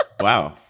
Wow